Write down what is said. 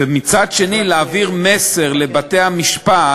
ומצד שני, להעביר מסר לבתי-המשפט